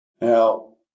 Now